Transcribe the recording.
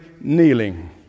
kneeling